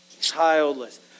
childless